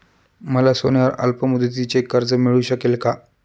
मला सोन्यावर अल्पमुदतीचे कर्ज मिळू शकेल का?